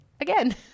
again